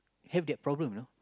have that problem you know